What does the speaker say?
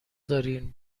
دارین